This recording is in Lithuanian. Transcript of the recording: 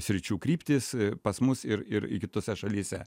sričių kryptys pas mus ir ir kitose šalyse